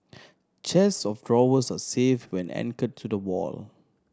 chests of drawers are safe when anchored to the wall